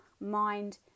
mind